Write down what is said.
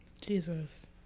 Jesus